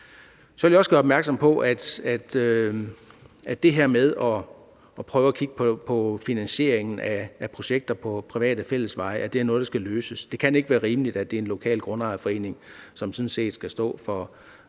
Så vil jeg også gøre opmærksom på, at det her med at prøve at kigge på finansieringen af projekter på private fællesveje er noget, der skal løses. Det kan ikke være rimeligt, at det er en lokal grundejerforening, som sådan set skal stå for